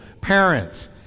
parents